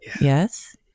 Yes